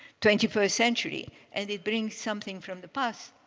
twenty first century. and it brings something from the past,